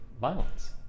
violence